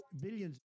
billions